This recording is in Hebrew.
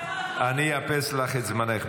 אני אאפס לך את זמנך.